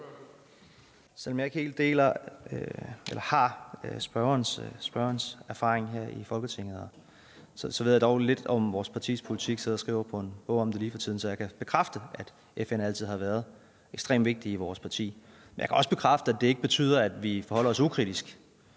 Selv om jeg ikke helt har samme erfaring som spørgeren her i Folketinget, ved jeg dog lidt om vores partis politik. Jeg skriver på en bog om det lige for tiden, så jeg kan bekræfte, at FN altid har været ekstremt vigtigt i vores parti, men jeg kan også bekræfte, at det ikke betyder, at vi forholder os ukritisk.